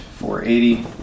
480